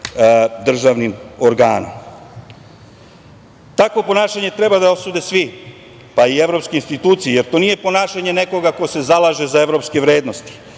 državnim organom. Takvo ponašanje treba da osude svi, pa i evropske institucije, jer to nije ponašanje nekoga ko se zalaže za evropske vrednosti